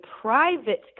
private